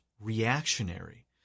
reactionary